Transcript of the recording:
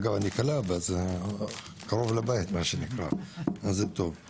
אגב, אני קל"ב, זה קרוב לבית מה שנקרא, אז זה טוב.